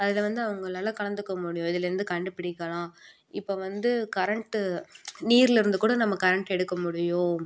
அதில் வந்து அவங்களால கலந்துக்க முடியும் இதுலேருந்து கண்டுபிடிக்கலாம் இப்போ வந்து கரண்ட்டு நீரில் இருந்து கூட நம்ம கரண்ட் எடுக்க முடியும்